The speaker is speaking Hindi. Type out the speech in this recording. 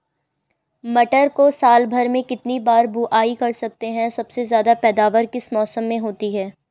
मटर को साल भर में कितनी बार बुआई कर सकते हैं सबसे ज़्यादा पैदावार किस मौसम में होती है?